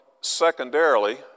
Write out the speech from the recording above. secondarily